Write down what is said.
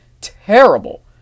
terrible